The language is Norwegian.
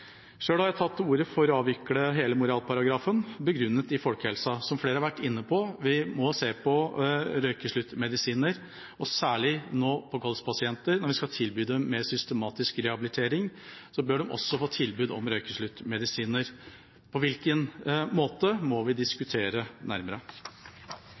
har jeg tatt til orde for å avvikle hele moralparagrafen, begrunnet i folkehelsa. Som flere har vært inne på, må vi se på røykesluttmedisiner og særlig på kolspasienter. Når vi nå skal tilby dem mer systematisk rehabilitering, bør de også få tilbud om røykesluttmedisiner. På hvilken måte, må vi